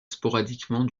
sporadiquement